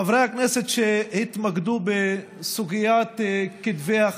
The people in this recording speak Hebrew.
חברי הכנסת שהתמקדו בסוגיית כתבי החשדות,